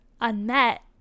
unmet